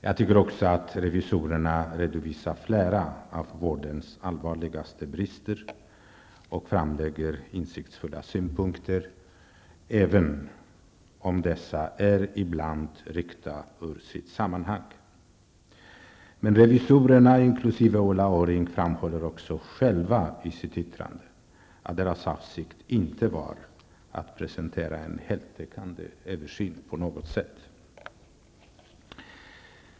Jag tycker också det är bra att revisorerna redovisar flera av vårdens allvarligaste brister och anlägger insiktsfulla synpunkter, även om dessa ibland är ryckta ur sitt sammanhang. Men revisorerna inkl. Ulla Orring framhåller också själva i sitt yttrande att deras avsikt inte var att presentera en heltäckande översyn på något sätt.